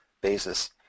basis